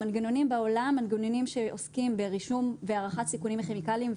המנגנונים בעולם הם מנגנונים שעוסקים ברישום והערכת סיכונים מכימיקלים.